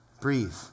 breathe